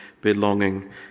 belonging